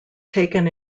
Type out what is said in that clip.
taken